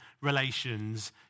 relations